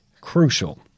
crucial